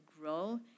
grow